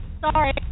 Sorry